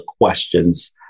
questions